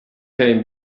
came